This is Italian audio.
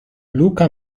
luca